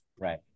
Right